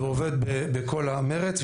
ועובד בכל המרץ.